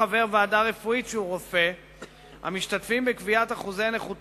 חבר ועדה רפואית ערב תחילתו של החוק